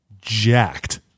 jacked